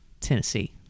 Tennessee